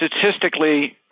statistically